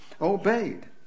obeyed